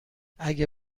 اگه